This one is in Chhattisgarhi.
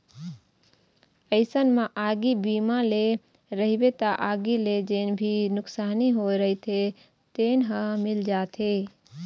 अइसन म आगी बीमा ले रहिबे त आगी ले जेन भी नुकसानी होय रहिथे तेन ह मिल जाथे